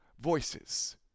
voices